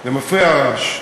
זה מפריע, הרעש.